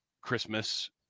Christmas